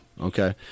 okay